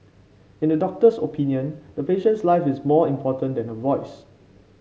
in the doctor's opinion the patient's life is more important than her voice